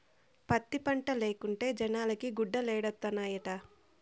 పత్తి పంటే లేకుంటే జనాలకి గుడ్డలేడనొండత్తనాయిట